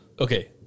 Okay